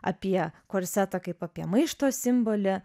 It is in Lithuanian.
apie korsetą kaip apie maišto simbolį